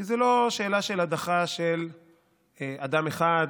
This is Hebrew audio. כי זו לא שאלה של הדחה של אדם אחד